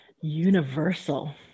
Universal